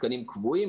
התקנים קבועים.